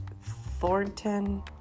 Thornton